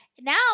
now